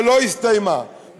שלא הסתיימה,